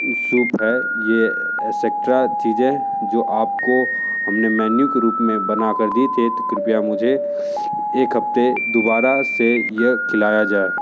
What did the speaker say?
soup है ये etcetera चीज़ें है जो आप को हमने मेन्यू के रूप मे बना कर दी थी कृपया मुझे एक हफ्ते दोबारा से यह खिलाया जाए